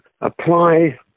apply